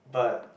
but